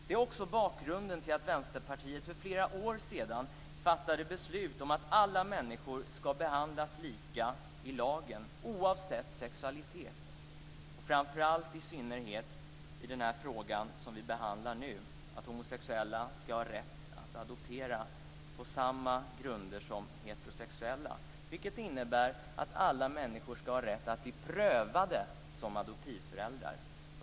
Det är också bakgrunden till att Vänsterpartiet för flera år sedan fattade beslut om att alla människor ska behandlas lika i lagen oavsett sexualitet. Det gäller i synnerhet den fråga som vi behandlar nu, att homosexuella ska ha rätt att adoptera på samma grunder som heterosexuella. Det innebär att alla människor ska ha rätt att bli prövade som adoptivföräldrar.